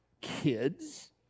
kids